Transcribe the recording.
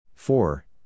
Four